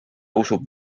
usub